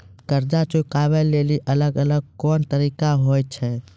कर्जा चुकाबै लेली अलग अलग कोन कोन तरिका होय छै?